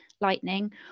lightning